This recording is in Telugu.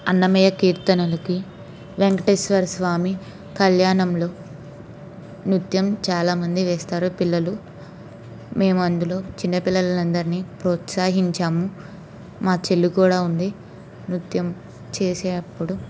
అన్నమయ్య కీర్తనలకి వెంకటేశ్వర స్వామి కళ్యాణంలో నృత్యం చాలామంది వేస్తారు పిల్లలు మేము అందులో చిన్నపిల్లలు అందరినీ ప్రోత్సహించాము మా చెల్లి కూడా ఉంది నృత్యం చేసేటప్పుడు